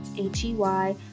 H-E-Y